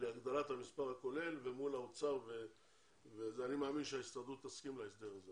להגדלת המספר הכולל ומול האוצר ואני מאמין שההסתדרות תסכים להסכם הזה,